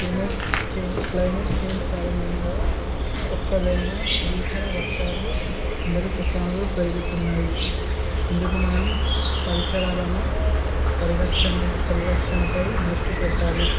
climate change climate change కారణంగా ఒక్కటైన బీకర వర్షాలు ఎండలు తుఫానులు పెరుగుతున్నాయి ఇందుకు మనం పరిసరాలను పరిరక్షణ పరిరక్షణపై దృష్టి పెట్టాలి